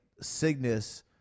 Cygnus